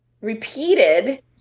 repeated